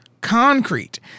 concrete